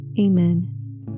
Amen